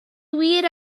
wir